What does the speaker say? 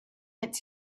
its